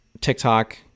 TikTok